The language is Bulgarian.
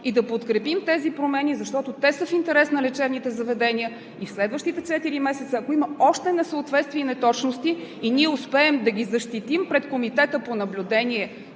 и да подкрепим тези промени, защото те са в интерес на лечебните заведения. И следващите четири месеца, ако има още несъответствия и неточности и ние успеем да ги защитим пред Комитета по наблюдение